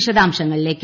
വിശദാംശങ്ങളിലേക്ക്